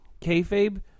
kayfabe